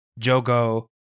Jogo